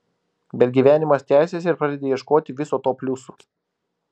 bet gyvenimas tęsiasi ir pradedi ieškoti viso to pliusų